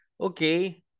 okay